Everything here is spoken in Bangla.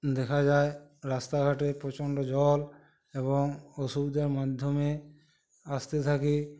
দেখা যায় রাস্তাঘাটে প্রচণ্ড জল এবং অসুবিধার মাধ্যমে আসতে থাকি